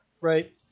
right